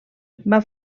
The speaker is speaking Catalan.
van